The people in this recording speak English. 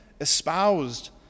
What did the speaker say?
espoused